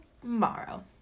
tomorrow